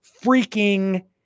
freaking